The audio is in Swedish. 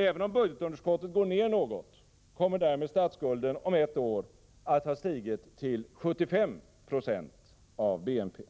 Även om budgetunderskottet går ned något, kommer därmed statsskulden om ett år att ha stigit till 75 70 av BNP.